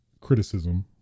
criticism